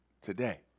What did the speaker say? today